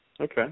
Okay